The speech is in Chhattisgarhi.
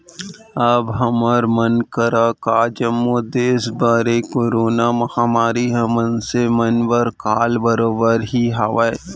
अब हमर मन करा का जम्मो देस बर ए करोना महामारी ह मनसे मन बर काल बरोबर ही हावय